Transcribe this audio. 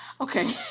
Okay